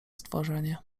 stworzenie